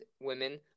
women